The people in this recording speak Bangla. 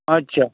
আচ্ছা